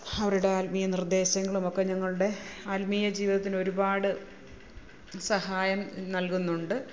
അവരുടെ ആത്മീയ നിർദ്ദേശങ്ങളും ഒക്കെ ഞങ്ങളുടെ ആത്മീയ ജീവിതത്തിന് ഒരുപാട് സഹായം നൽകുന്നുണ്ട്